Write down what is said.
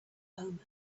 omen